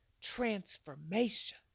transformation